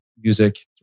Music